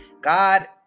god